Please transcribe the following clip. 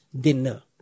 dinner